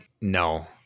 No